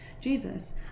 Jesus